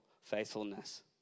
faithfulness